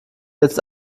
jetzt